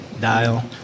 Dial